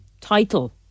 title